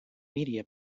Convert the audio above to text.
media